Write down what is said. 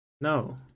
no